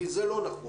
כי זה לא נכון.